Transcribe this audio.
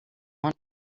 want